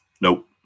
Nope